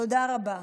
תודה רבה.